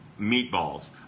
meatballs